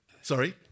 Sorry